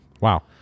wow